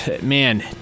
man